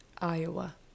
Iowa